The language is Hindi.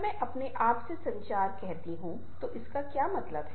जब मैं अपने आप से संचार कहता हूं तो इसका क्या मतलब है